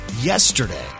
Yesterday